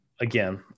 again